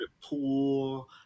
pool